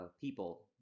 people